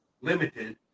limited